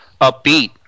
upbeat